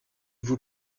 vous